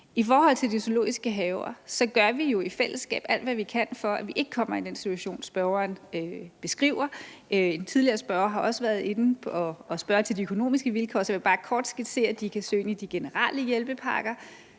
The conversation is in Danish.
I forhold til de zoologiske haver gør vi jo i fællesskab alt, hvad vi kan, for at vi ikke kommer i den situation, spørgeren beskriver. En tidligere spørger har også været inde at spørge til de økonomiske vilkår, så jeg vil bare kort skitsere, at de kan søge via de generelle hjælpepakker,